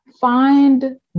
Find